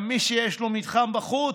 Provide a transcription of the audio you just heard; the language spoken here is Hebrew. גם מי שיש לו מתחם בחוץ,